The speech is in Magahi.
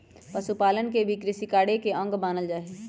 पशुपालन के भी कृषिकार्य के अंग मानल जा हई